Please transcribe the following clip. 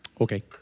Okay